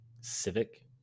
Civic